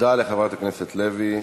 תודה לחברת הכנסת לוי,